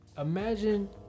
imagine